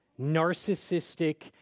narcissistic